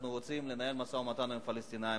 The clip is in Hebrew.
אנחנו רוצים לנהל משא-ומתן עם הפלסטינים.